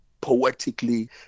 poetically